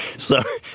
so,